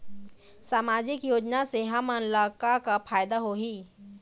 सामाजिक योजना से हमन ला का का फायदा होही?